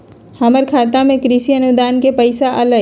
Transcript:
हमर खाता में कृषि अनुदान के पैसा अलई?